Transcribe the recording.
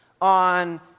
on